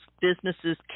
businesses